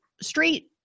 street